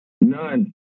None